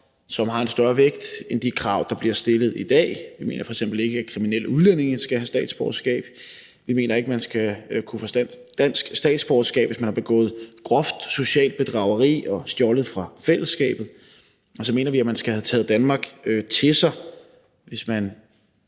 som har en større vægt end de krav, der bliver stillet i dag. Vi mener f.eks. ikke, at kriminelle udlændinge skal have statsborgerskab; vi mener ikke, at man skal kunne få dansk statsborgerskab, hvis man har begået groft socialt bedrageri og stjålet fra fællesskabet; og så mener vi, at man skal have taget Danmark til sig. Hvis man